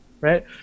right